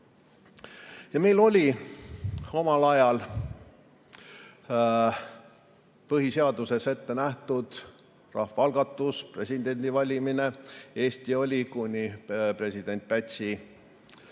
Meil oli omal ajal põhiseaduses ette nähtud rahvaalgatus, presidendi valimine. Eesti oli kuni president Pätsi